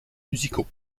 musicaux